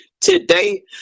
today